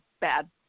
bad